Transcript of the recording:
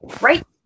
right